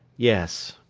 yes.